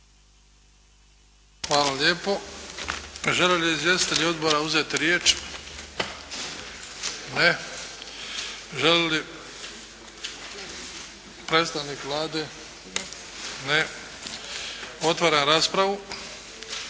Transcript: Hvala lijepo. Žele li izvjestitelji odbora uzeti riječ? Ne. Želi li predstavnik Vlade? Ne. Otvaram raspravu.